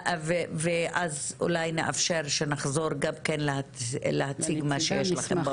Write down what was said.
אז כשנחזור נאפשר להציג מה שיש לכם.